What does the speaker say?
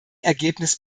ergebnis